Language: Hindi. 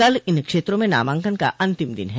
कल इन क्षेत्रों में नामांकन का अंतिम दिन ह